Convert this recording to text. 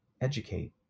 educate